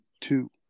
two